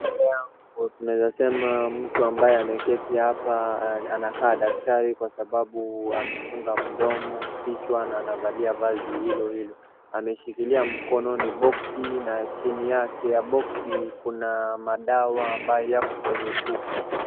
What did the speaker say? Tunaweza sema mtu ambaye amekiti hapa anakaa daktari kwa sababu amefunga mdomo kichwa na anavalia vazi hilo hilo. Ameshikilia mkononi boxi na chini yake ya boxi kuna dawa ambayo yako kwenye chupa.